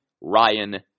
Ryan